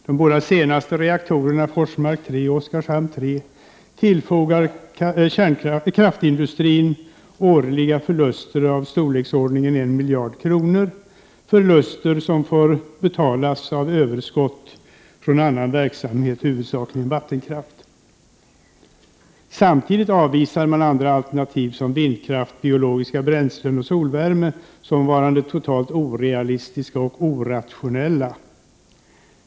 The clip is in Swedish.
De båda senaste reaktorerna Forsmark 3 och Oskarshamn 3 tillfogar kraftindustrin årliga förluster i storleksordningen en miljard kronor, förluster som får betalas av överskott från annan verksamhet, huvudsakligen vattenkraften. Samtidigt avvisar man andra alternativ som vindkraft, biologiska bränslen och solvärme som varande totalt orealistiska och orationella.